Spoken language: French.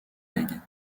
legs